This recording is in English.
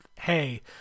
hey